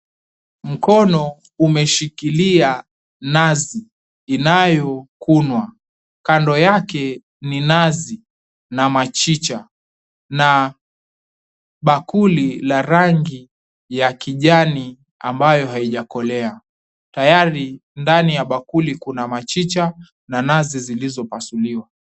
Mkono umeshikilia nazi inayokunwa. Kando yake ni nazi, na machicha, na bakuli la rangi ya kijani ambayo haijakolea. Tayari ndani ya bakuli kuna machicha, na nazi zilizopasuliwa.